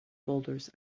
boulders